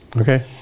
Okay